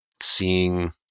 seeing